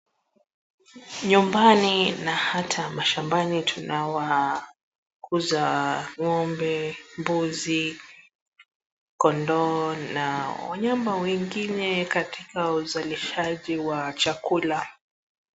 Nyumbani na hata mashambani tunawakuza, ng'ombe, mbuzi, kondoo, na wanyama wengine katika uzalishaji wa chakula.